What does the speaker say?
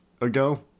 ago